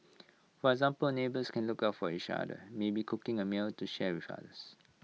for example neighbours can look out for each other maybe cooking A meal to share with others